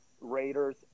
Raiders